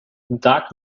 dark